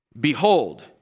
Behold